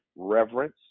reverence